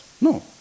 No